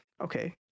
okay